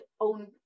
own